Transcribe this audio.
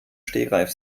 stegreif